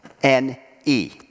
N-E